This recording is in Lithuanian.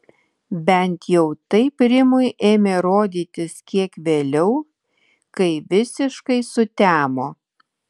bent jau taip rimui ėmė rodytis kiek vėliau kai visiškai sutemo